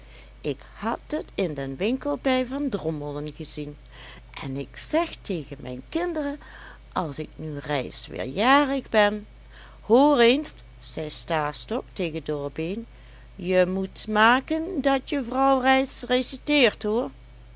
ik had het in den winkel bij van drommelen gezien en ik zeg tegen mijn kinderen als ik n reis weer jarig ben hoor eens zei stastok tegen dorbeen je moet maken dat je vrouw reis reciteert hoor